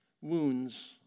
wounds